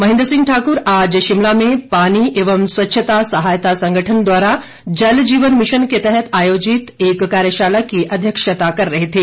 महेंद्र सिंह ठाकुर आज शिमला में पानी एवं स्वच्छता सहायता संगठन द्वारा जल जीवन मिशन के तहत आयोजित एक कार्यशाला की अध्यक्षता कर रहे थे